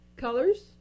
colors